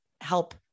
help